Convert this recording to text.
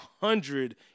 hundred